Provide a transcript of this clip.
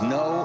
no